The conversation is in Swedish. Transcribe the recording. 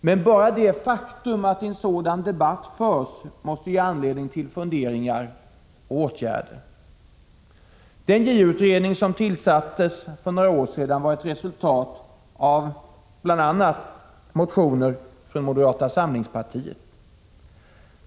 Men bara det faktum att en sådan debatt förs måste ge anledning till funderingar och förhoppningsvis åtgärder. Den JO-utredning som tillsattes för några år sedan var ett resultat av bl.a. motioner från moderata samlingspartiet.